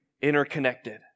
interconnected